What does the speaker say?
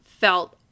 felt